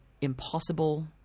impossible